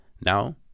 Now